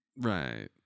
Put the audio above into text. Right